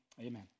Amen